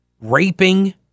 raping